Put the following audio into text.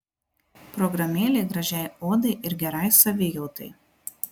programėlė gražiai odai ir gerai savijautai